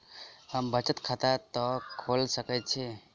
हम बचत खाता कतऽ खोलि सकै छी?